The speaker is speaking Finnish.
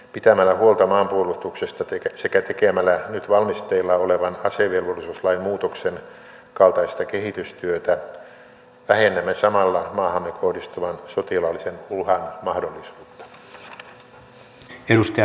pitämällä huolta maanpuolustuksesta sekä tekemällä nyt valmisteilla olevan asevelvollisuuslain muutoksen kaltaista kehitystyötä vähennämme samalla maahamme kohdistuvan sotilaallisen uhan mahdollisuutta